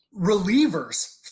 Relievers